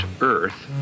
Earth